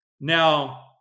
Now